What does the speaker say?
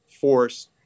force